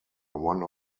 one